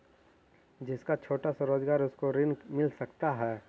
जिसका छोटा सा रोजगार है उसको ऋण मिल सकता है?